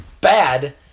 bad